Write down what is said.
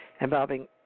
involving